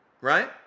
right